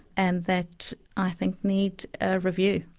and that i think need review.